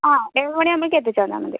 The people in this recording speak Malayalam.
ആ ഏഴ് മണി ആവുമ്പോത്തിന് എത്തിച്ച് തന്നാൽ മതി